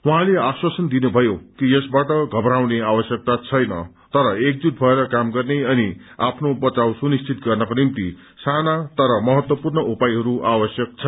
उहाँले आश्वासन दिनुभयो कि यसबाट घबराउने आवश्यकता छैन तर एकजुट भएर काम गर्ने अनि आफ्नो बचाव सुनिश्चित गर्नको निम्ति साना तर महत्वपूर्ण उपायहरू आवश्यक छन्